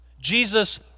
Jesus